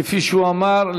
כפי שהוא אמר,